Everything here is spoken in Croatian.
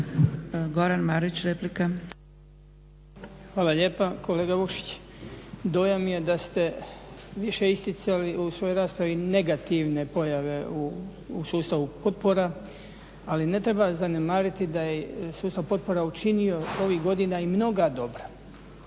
Goran (HDZ)** Hvala lijepa. Kolega Vukšić, dojam je da ste više isticali u svojoj raspravi negativne pojave u sustavu potpora, ali ne treba zanemariti da je sustav potpora učinio ovih godina i mnoga dobra